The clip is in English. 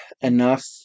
enough